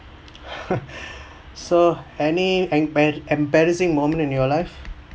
so any embar~ embarrassing moment in your life